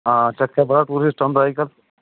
आं चक्कर पता केह् सिस्टम होंदा